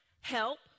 help